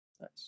Nice